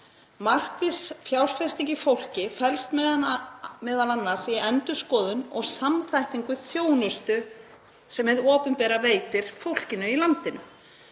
Markviss fjárfesting í fólki felst m.a. í endurskoðun og samþættingu þjónustu sem hið opinbera veitir fólkinu í landinu.